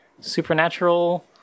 Supernatural